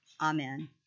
Amen